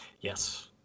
Yes